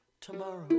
tomorrow